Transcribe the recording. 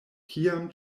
kiam